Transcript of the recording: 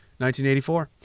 1984